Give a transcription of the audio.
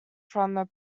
from